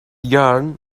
yarn